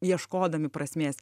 ieškodami prasmės